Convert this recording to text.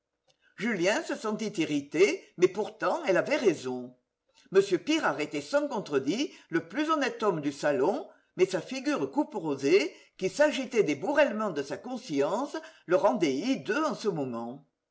julien se sentit irrité mais pourtant elle avait raison m pirard était sans contredit le plus honnête homme du salon mais sa figure couperosée qui s'agitait des bourrèlements de sa conscience le rendait hideux en ce moment